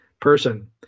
person